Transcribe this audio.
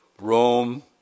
Rome